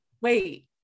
wait